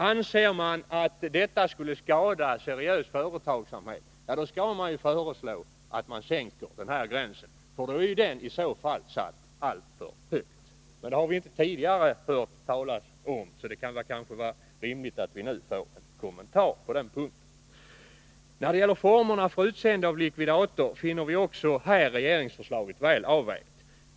Anser man att skärpningarna skulle skada seriös företagsamhet, då skall man alltså föreslå en sänkning av minimigränsen, som i så fall satts alltför högt. Men det har vi inte tidigare hört talas om, så det kan kanske vara rimligt att vi nu får en kommentar på den punkten. När det gäller formerna för utseende av likvidator finner vi också här regeringsförslaget väl avvägt.